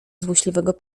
złośliwego